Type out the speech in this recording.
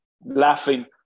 laughing